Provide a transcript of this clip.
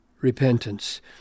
repentance